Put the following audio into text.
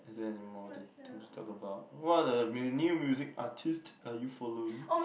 is there any more that things to talk about what are the new new music artist are you following